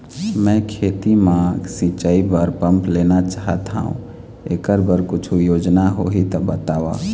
मैं खेती म सिचाई बर पंप लेना चाहत हाव, एकर बर कुछू योजना होही त बताव?